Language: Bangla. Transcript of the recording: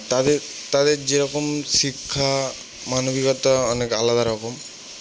তাদের তাদের যেরকম শিক্ষা মানবিকতা অনেক আলাদা রকম